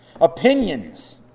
Opinions